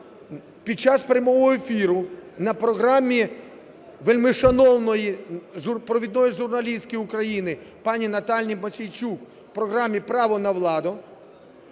під час прямого ефіру на програмі вельмишановної провідної журналістки України пані Наталії Мосійчук у програмі "Право на владу"